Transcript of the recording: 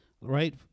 right